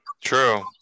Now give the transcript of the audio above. True